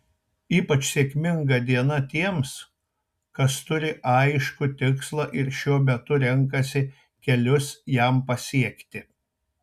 ypač sėkminga diena tiems kas turi aiškų tikslą ir šiuo metu renkasi kelius jam pasiekti